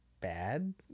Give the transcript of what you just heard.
bad